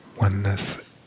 oneness